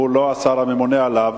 שהוא לא השר הממונה עליו,